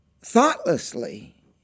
thoughtlessly